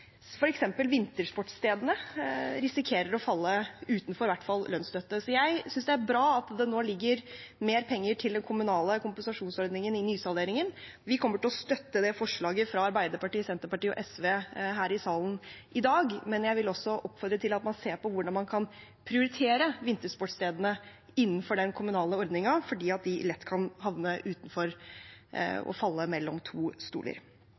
risikerer å falle utenfor i hvert fall lønnsstøtte. Så jeg synes det er bra at det nå ligger mer penger til den kommunale kompensasjonsordningen i nysalderingen. Vi kommer til å støtte det forslaget fra Arbeiderpartiet, Senterpartiet og SV her i salen i dag, men jeg vil også oppfordre til at man ser på hvordan man kan prioritere vintersportsstedene innenfor den kommunale ordningen, fordi de kan lett havne utenfor og falle mellom to stoler.